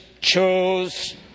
chose